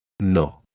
No